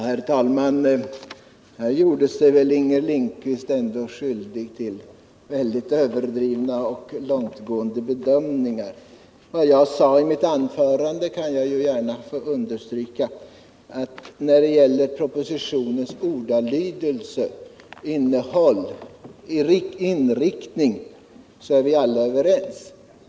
Herr talman! Här gjorde väl Inger Lindquist sig ändå skyldig till väldigt överdrivna och långtgående bedömningar. Av vad jag sade i mitt anförande vill jag gärna understryka att när det gäller propositionens ordalydelse, innehåll och inriktning är vi alla överens.